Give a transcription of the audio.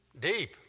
deep